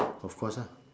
of course lah